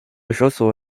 chanson